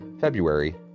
February